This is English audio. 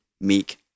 meek